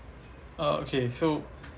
uh okay so